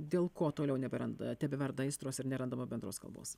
dėl ko toliau neberanda tebeverda aistros ir nerandama bendros kalbos